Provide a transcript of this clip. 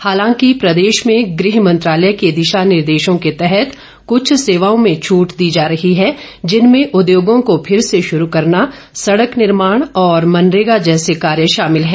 हालांकि प्रदेश में गृह मंत्रालय के दिशा निर्देशों के तहत कृछ सेवाओं में छूट दी जा रही है जिनमें उद्योगों को फिर से शुरू करना सड़क निर्माण और मनरेगा जैसे कोर्य शामिल हैं